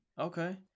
Okay